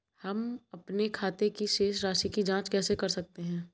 हम अपने खाते की राशि की जाँच कैसे कर सकते हैं?